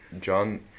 John